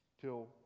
Till